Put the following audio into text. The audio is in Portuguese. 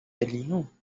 alinham